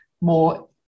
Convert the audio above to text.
more